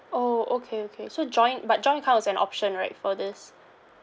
oh okay okay so joint but joint account is an option right for this